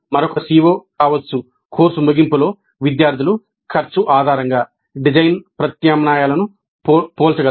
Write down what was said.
మరొక CO కావచ్చు course ముగింపులో విద్యార్థులు ఖర్చు ఆధారంగా డిజైన్ ప్రత్యామ్నాయాలను పోల్చగలరు